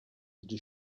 into